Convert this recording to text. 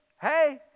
Hey